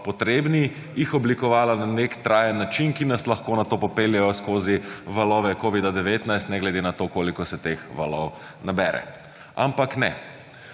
potrebni, jih oblikovala na nek trajen način, ki nas lahko nato popeljejo skozi valove Covid-19 ne glede na to koliko se teh valov nabere. Ampak ne,